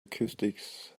acoustics